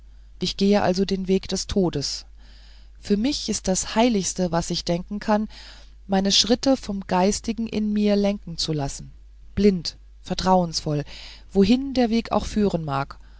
ich gehe also den weg des todes für mich ist das heiligste das ich denken kann meine schritte vom geistigen in mir lenken zu lassen blind vertrauensvoll wohin der weg auch führen mag